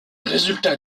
résultats